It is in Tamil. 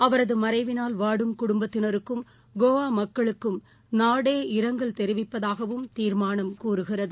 அவரதமறைவினால் வாடும் குடும்பத்தினருக்கும் கோவாமக்களுக்கும் நாடேமுழுமைக்கும் இரங்கல் தெரிவிப்பதாகவும் தீர்மானம் கூறுகிறது